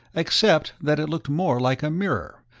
except that it looked more like a mirror,